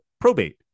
probate